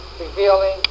revealing